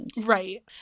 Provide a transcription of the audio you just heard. Right